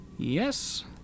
Yes